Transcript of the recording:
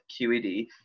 QED